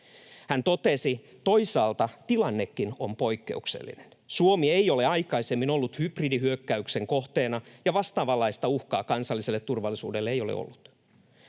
Hän totesi: ”Toisaalta tilannekin on poikkeuksellinen. Suomi ei ole aikaisemmin ollut hybridihyökkäyksen kohteena, ja vastaavanlaista uhkaa kansalliselle turvallisuudelle ei ole ollut.”